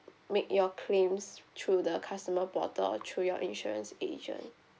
make your claims through the customer portal or through your insurance agent